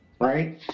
right